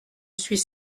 suis